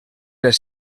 les